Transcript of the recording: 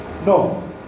No